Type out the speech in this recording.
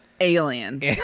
Aliens